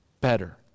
better